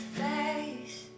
face